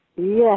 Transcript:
Yes